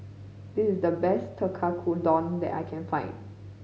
this is the best Tekkadon that I can find